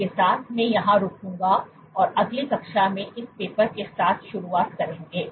इसके साथ मैं यहां रोकूंगा और अगली कक्षा में इस पेपर के साथ शुरू करूंगा